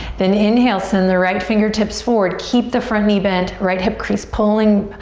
then inhale, send the right fingertips forward. keep the front knee bent. right hip crease pulling,